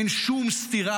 אין שום סתירה,